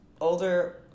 older